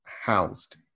housed